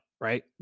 right